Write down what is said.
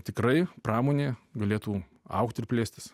tikrai pramonė galėtų augti ir plėstis